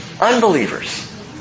Unbelievers